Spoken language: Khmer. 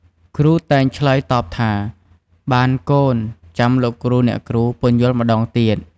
គ្រូតែងឆ្លើយតបថា បានកូន ចាំលោកគ្រូ អ្នកគ្រូ ពន្យល់ម្ដងទៀត។